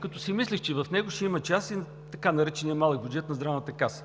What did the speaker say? като си мислех, че в него ще има част – така нареченият малък бюджет на Здравната каса.